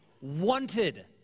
wanted